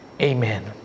Amen